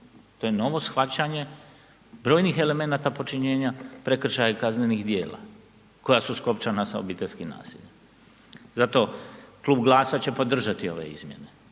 to je novo shvaćanje brojnih elemenata počinjenja prekršaja kaznenih djela koja su skopčana sa obiteljskim nasiljem. Zato klub GLAS-a će podržati ove izmjene.